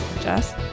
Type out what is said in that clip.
Jess